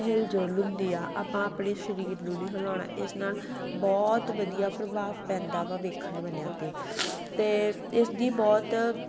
ਹਿਲਜੁਲ ਹੁੰਦੀ ਆ ਆਪਾਂ ਆਪਣੇ ਸਰੀਰ ਨੂੰ ਨਹੀਂ ਹਿਲਾਉਣਾ ਇਸ ਨਾਲ ਬਹੁਤ ਵਧੀਆ ਪ੍ਰਭਾਵ ਪੈਂਦਾ ਵਾ ਵੇਖਣ ਵਾਲਿਆਂ 'ਤੇ ਅਤੇ ਇਸ ਦੀ ਬਹੁਤ